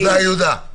תודה רבה.